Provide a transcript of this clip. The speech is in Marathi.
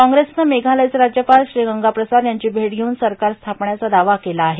काँग्रेसनं मेघालयचे राज्यपाल श्री गंगाप्रसाद यांची भेट घेऊन सरकार स्थापण्याचा दावा केला आहे